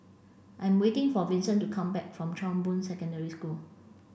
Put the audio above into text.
I am waiting for Vincent to come back from Chong Boon Secondary School